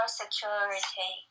security